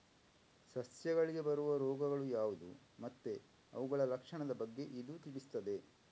ಸಸ್ಯಗಳಿಗೆ ಬರುವ ರೋಗಗಳು ಯಾವ್ದು ಮತ್ತೆ ಅವುಗಳ ಲಕ್ಷಣದ ಬಗ್ಗೆ ಇದು ತಿಳಿಸ್ತದೆ